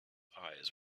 eyes